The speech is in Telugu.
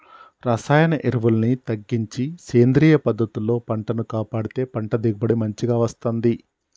రసాయన ఎరువుల్ని తగ్గించి సేంద్రియ పద్ధతుల్లో పంటను కాపాడితే పంట దిగుబడి మంచిగ వస్తంది